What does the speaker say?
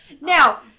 Now